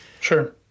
sure